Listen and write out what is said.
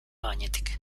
gainetik